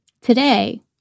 Today